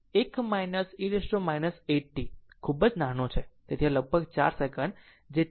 કારણ કે 1 e t 8 e t 8ખૂબ નાનો છે તેથી લગભગ 4 સેકન્ડ જે t 4 છે